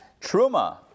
Truma